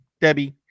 Debbie